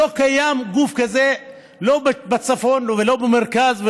לא קיים גוף כזה לא בצפון ולא במרכז,